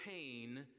pain